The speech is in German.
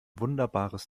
wunderbares